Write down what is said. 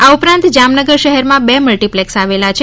આ ઉપરાંત જામનગર શહેરમાં બે મલ્ટિપ્લેક્સ આવેલા છે